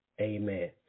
Amen